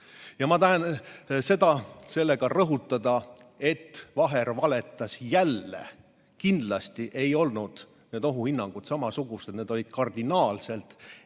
Ma tahan sellega rõhutada, et Vaher valetas jälle. Kindlasti ei olnud need ohuhinnangud samasugused, need olid kardinaalselt